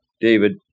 David